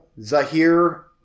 Zahir